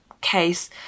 case